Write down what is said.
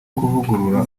kuvugurura